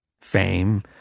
fame